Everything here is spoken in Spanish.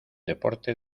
deporte